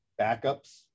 backups